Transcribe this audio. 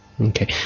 okay